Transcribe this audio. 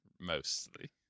mostly